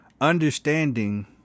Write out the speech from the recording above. Understanding